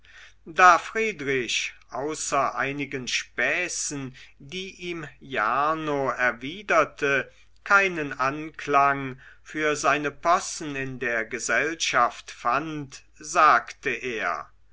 da friedrich außer einigen späßen die ihm jarno erwiderte keinen anklang für seine possen in der gesellschaft fand sagte er